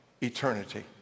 eternity